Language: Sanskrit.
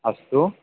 अस्तु